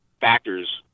factors